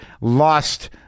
lost